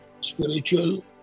Spiritual